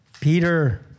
Peter